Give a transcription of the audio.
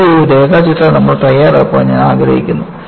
ഇതിന്റെ ഒരു രേഖാചിത്രം നമ്മൾ തയ്യാറാക്കാൻ ഞാൻ ആഗ്രഹിക്കുന്നു